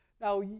Now